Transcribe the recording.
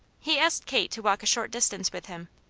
he asked kate to walk a short distance with him.